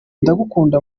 ndagukunda